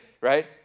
right